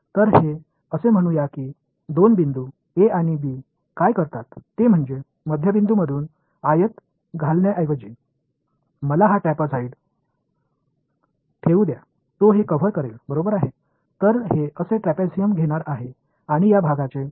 எனவே இந்த 2 புள்ளிகள் a மற்றும் b சொல்வது என்னவென்றால் ஒரு செவ்வகத்தை நடுப்பகுதி வழியாக வைப்பதற்கு பதிலாக இந்த உள்ளடக்கிய ட்ரேபீசியத்தை வைக்க அனுமதிக்கிறேன்